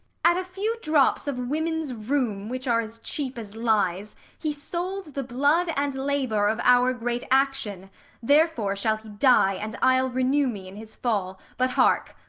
at a few drops of women's rheum, which are as cheap as lies, he sold the blood and labour of our great action therefore shall he die, and i'll renew me in his fall. but, hark!